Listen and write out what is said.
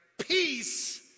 peace